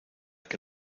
que